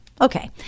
Okay